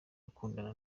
gukundana